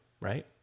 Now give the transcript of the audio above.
right